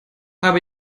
habe